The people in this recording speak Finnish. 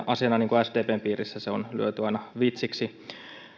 asiana niin kuin sdpn piirissä se on lyöty aina vitsiksi